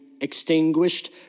extinguished